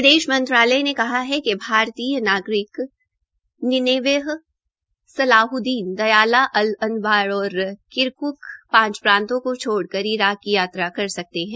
विदेश मंत्रालय ने कहा है कि भारतीय नागरिक Nineveh Salahuddin Diyala Al Anbar और किरक्क पांच प्रांतो को छोड़ इराक की यात्राकर सकते है